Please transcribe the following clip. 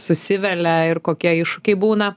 susivelia ir kokie iššūkiai būna